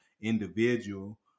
individual